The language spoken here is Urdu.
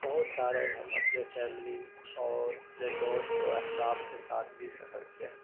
بہت سارے ہم اپنے فیملی اور اپنے دوست و احباب کے ساتھ بھی سفر کیا ہے